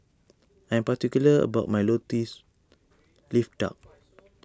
I'm particular about my Lotus Leaf Duck